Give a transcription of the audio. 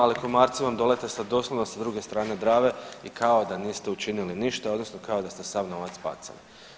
Ali komarci vam dolete doslovno sa druge strane Drave i kao da niste učinili ništa, odnosno kao da ste sav novac bacili.